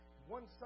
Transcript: One